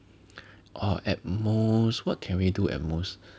or at most what can we do at most